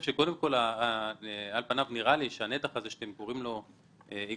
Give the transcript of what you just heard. על פניו נראה לי שהנתח שאתם קוראים לו איגרות